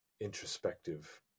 introspective